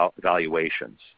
valuations